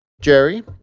Jerry